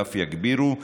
ואף יגבירו.